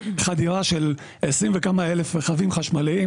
חדירה של 20 וכמה אלף רכבים חשמליים